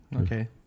okay